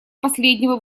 последнего